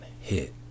hit